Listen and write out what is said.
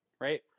right